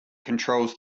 controls